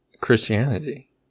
Christianity